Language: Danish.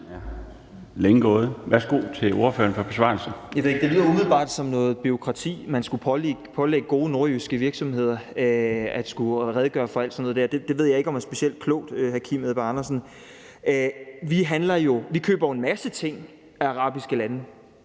16:04 Frederik Vad (S): Jeg ved det ikke. Det lyder umiddelbart som noget bureaukrati, man skulle pålægge gode nordjyske virksomheder, altså at de skulle redegøre for alt sådan noget der. Det ved jeg ikke om er specielt klogt, hr. Kim Edberg Andersen. Vi køber jo en masse ting af arabiske lande.